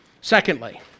Secondly